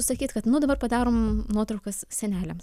sakyt kad nu dabar padarom nuotraukas seneliams